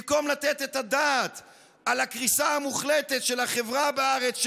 במקום לתת את הדעת על הקריסה המוחלטת של החברה בארץ,